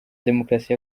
demokarasi